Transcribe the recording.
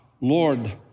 Lord